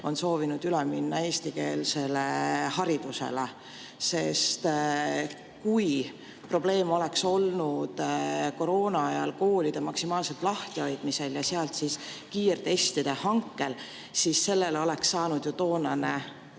soovinud üle minna eestikeelsele haridusele. Sest kui probleem oleks olnud koroonaajal koolide maksimaalses lahtihoidmises ja kiirtestide hankes, siis sellele oleks saanud ju toonane